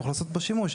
יוכלו לעשות בו שימוש.